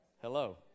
Hello